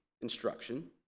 instruction